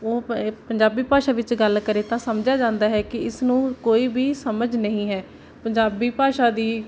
ਉਹ ਪੰ ਪੰਜਾਬੀ ਭਾਸ਼ਾ ਵਿੱਚ ਗੱਲ ਕਰੇ ਤਾਂ ਸਮਝਿਆ ਜਾਂਦਾ ਹੈ ਕਿ ਇਸ ਨੂੰ ਕੋਈ ਵੀ ਸਮਝ ਨਹੀਂ ਹੈ ਪੰਜਾਬੀ ਭਾਸ਼ਾ ਦੀ